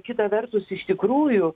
kita vertus iš tikrųjų